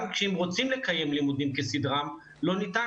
גם כשרוצים לקיים לימודים כסדרם לא ניתן